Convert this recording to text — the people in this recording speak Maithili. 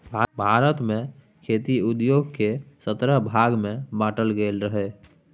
भारत मे खेती उद्योग केँ सतरह भाग मे बाँटल गेल रहय